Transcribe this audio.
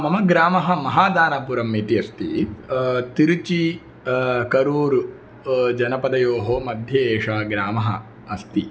मम ग्रामः महादारापुरम् इति अस्ति तिरिचि करूरु जनपदयोः मध्ये एषः ग्रामः अस्ति